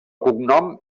cognom